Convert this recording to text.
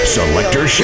Selector